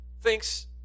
thinks